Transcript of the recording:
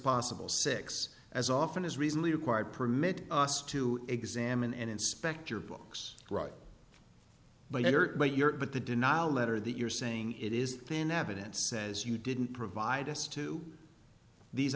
possible six as often as recently acquired permit us to examine and inspect your books right but there but you're but the denial letter that you're saying it is thin evidence says you didn't provide us to these